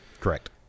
Correct